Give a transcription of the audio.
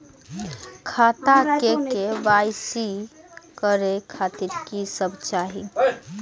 खाता के के.वाई.सी करे खातिर की सब चाही?